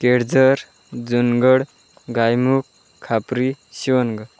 Kelzar Jungad Gaimukh Khapri Shivangaon